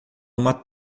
uma